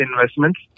investments